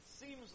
seems